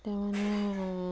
তেওঁ